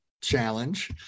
Challenge